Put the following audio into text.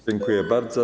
Dziękuję bardzo.